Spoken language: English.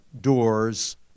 doors